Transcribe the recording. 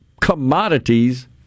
commodities